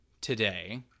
today